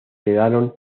quedaron